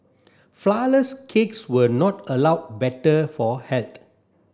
flour less cakes were not allow better for health